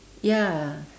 ya